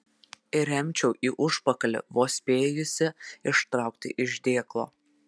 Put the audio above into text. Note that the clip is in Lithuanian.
įremčiau į užpakalį vos spėjusi ištraukti iš dėklo